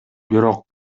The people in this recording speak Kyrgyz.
бирок